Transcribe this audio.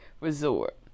resort